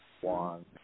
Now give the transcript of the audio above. one